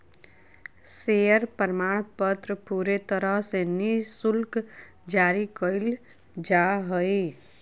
share प्रमाणपत्र पूरे तरह से निःशुल्क जारी कइल जा हइ